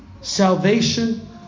Salvation